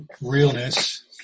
realness